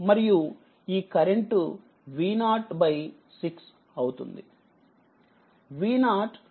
మరియు ఈ current V0 6 అవుతుంది